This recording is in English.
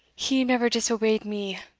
he never disobeyed me,